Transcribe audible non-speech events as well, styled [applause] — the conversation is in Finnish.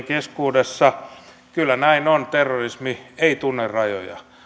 [unintelligible] keskuudessa kyllä näin on terrorismi ei tunne rajoja